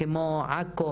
כמו עכו,